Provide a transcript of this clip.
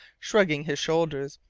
shrugging his shoulders,